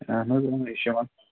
اَہَن حظ یہِ چھُ یَوان